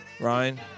Ryan